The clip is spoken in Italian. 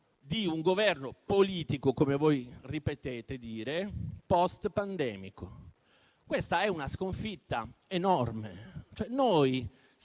di un Governo politico, come voi ripetete, post-pandemico. Questa è una sconfitta enorme: